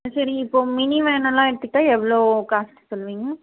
சரி இப்போது மினி வேனெல்லாம் எடுத்துகிட்டா எவ்வளோ காசு சொல்லுவீங்க